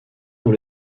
dans